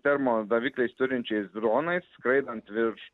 termo davikliais turinčiais dronais skraidant virš